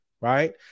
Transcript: right